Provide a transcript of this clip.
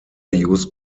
use